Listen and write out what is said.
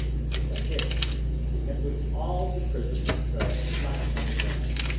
which i did at which all the prisoners fell flat on the ground,